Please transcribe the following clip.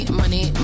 money